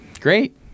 Great